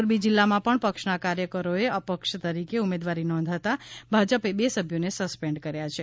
મોરબી જીલ્લામાં પણ પક્ષના કાર્યકરોએ અપક્ષ તરીકે ઉમેદવારી નોંધાતા ભાજપે બે સભ્યોને સસ્પેન્ડ કર્યા છે